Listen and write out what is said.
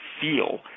feel